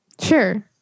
Sure